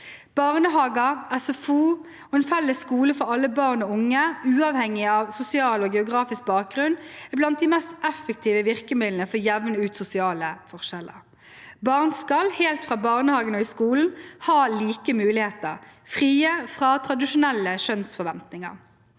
Barnehager, SFO og en felles skole for alle barn og unge, uavhengig av sosial og geografisk bakgrunn, er blant de mest effektive virkemidlene for å jevne ut sosiale forskjeller. Barn skal, helt fra barnehagen og i skolen, ha like muligheter, frie fra tradisjonelle kjønnsforventninger.